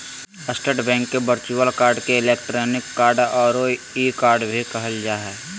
state bank virtual card के electronic card औरो e card भी कहल जा हइ